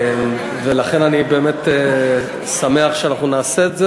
ולכן אני באמת שמח שאנחנו נעשה את זה.